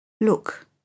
look